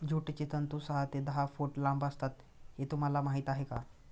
ज्यूटचे तंतू सहा ते दहा फूट लांब असतात हे तुम्हाला माहीत आहे का